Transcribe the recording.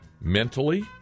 mentally